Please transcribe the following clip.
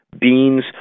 Beans